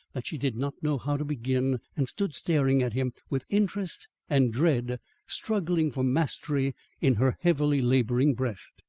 that she did not know how to begin and stood staring at him with interest and dread struggling for mastery in her heavily labouring breast.